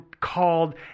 called